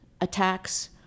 attacks